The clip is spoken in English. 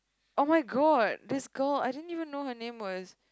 [oh]-my-god this girl I don't even know her name was